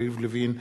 יריב לוין,